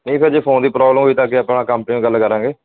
ਠੀਕ ਹੈ ਜੇ ਫੋਨ ਦੀ ਪ੍ਰੋਬਲਮ ਹੋਈ ਤਾਂ ਕਿ ਆਪਣਾ ਕੰਪਨੀ ਗੱਲ ਕਰਾਂਗੇ